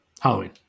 Halloween